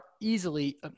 easily